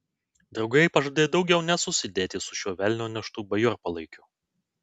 draugai pažadėjo daugiau nesusidėti su šiuo velnio neštu bajorpalaikiu